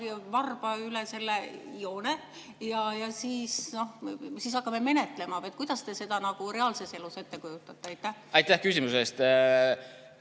varba üle selle joone ja siis me hakkame menetlema või kuidas te seda nagu reaalses elus ette kujutate? Aitäh küsimuse